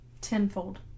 Tenfold